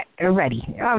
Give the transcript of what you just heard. ready